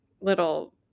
little